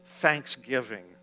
thanksgiving